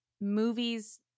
movies